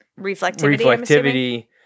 reflectivity